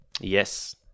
Yes